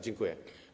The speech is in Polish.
Dziękuję.